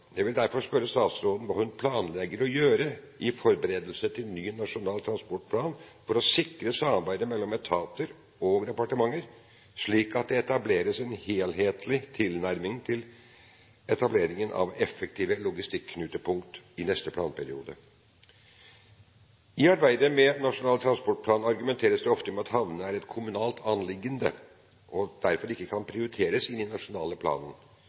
Jeg vil derfor spørre statsråden hva hun planlegger å gjøre i forberedelsene til ny Nasjonal transportplan for å sikre samarbeidet mellom etater og departementer, slik at det etableres en helhetlig tilnærming til etableringen av effektive logistikknutepunkt i neste planperiode. I arbeidet med Nasjonal transportplan argumenteres det ofte med at havnene er et kommunalt anliggende og derfor ikke kan prioriteres inn i den nasjonale planen.